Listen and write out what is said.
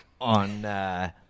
on